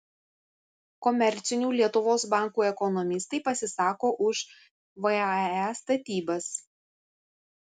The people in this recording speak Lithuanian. komercinių lietuvos bankų ekonomistai pasisako už vae statybas